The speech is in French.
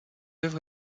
œuvre